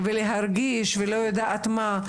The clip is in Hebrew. להרגיש ולא יודעת מה,